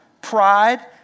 pride